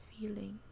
feeling